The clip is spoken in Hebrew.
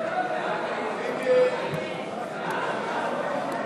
בממשלה